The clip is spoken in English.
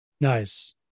Nice